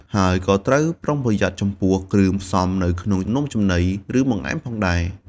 ហើយក៏ត្រូវប្រយ័ត្នចំពោះ គ្រឿងផ្សំនៅក្នុងនំចំណី ឬបង្អែមផងដែរ។